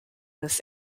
this